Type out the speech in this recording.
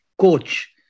coach